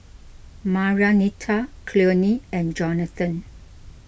Marianita Cleone and Jonathan